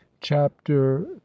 Chapter